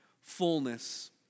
fullness